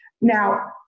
Now